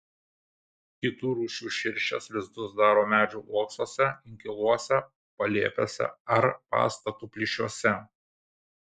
kitų rūšių širšės lizdus daro medžių uoksuose inkiluose palėpėse ar pastatų plyšiuose